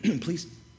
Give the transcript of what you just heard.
please